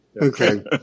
okay